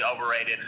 overrated